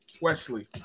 Wesley